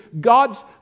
God's